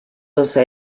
also